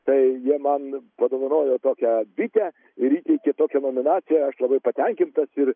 tai jie man padovanojo tokią bitę ir įteikė tokią nominaciją aš labai patenkintas ir